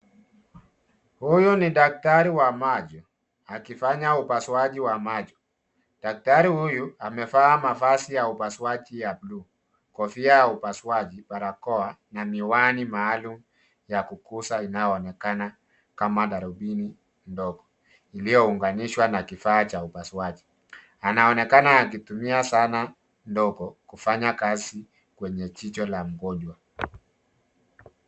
Huyu ni daktari wa macho akifanya upasuaji wa macho. Daktari huyu amevaa mavazi ya upasuaji ya bluu, kofia ya upasuaji, barakoa na miwani maalum ya kukuza inayoonekana kama darubini ndogo iliyounganishwa na kifaa cha upasuaji. Anaonekana akitumia sana ndogo kufanya kazi kwenye jicho la mgonjwa.